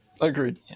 Agreed